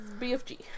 BFG